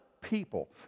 people